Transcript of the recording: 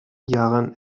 jahren